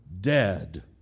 dead